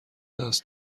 دست